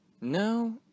no